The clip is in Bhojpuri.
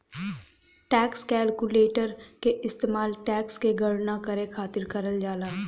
टैक्स कैलकुलेटर क इस्तेमाल टैक्स क गणना करे खातिर करल जाला